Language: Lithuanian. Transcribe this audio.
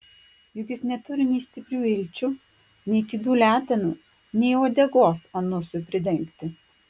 juk jis neturi nei stiprių ilčių nei kibių letenų nei uodegos anusui pridengti